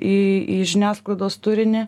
į į žiniasklaidos turinį